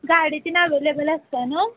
गाडी तीन ॲवेलेबल असते आहे ना